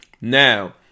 Now